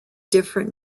different